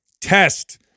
Test